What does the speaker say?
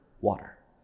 water